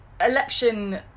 election